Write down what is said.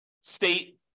state